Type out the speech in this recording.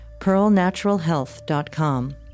pearlnaturalhealth.com